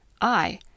I